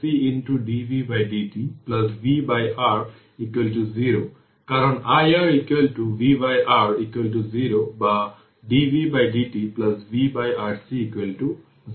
সুতরাং এই ক্ষেত্রে r হল C dv dt vR 0 কারণ iR vR 0 বা dv dt vRC 0